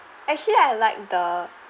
actually I like the